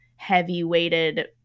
heavy-weighted